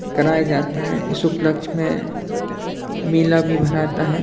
कराया जाता है इस उपलक्छ्य में मेला भी भराता है